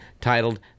titled